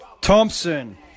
Thompson